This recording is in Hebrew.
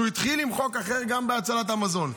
הוא התחיל עם חוק אחר, גם של הצלת המזון,